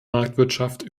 marktwirtschaft